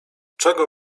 czego